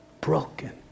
broken